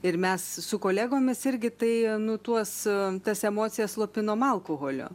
ir mes su kolegomis irgi tai nu tuos tas emocijas slopinom alkoholiu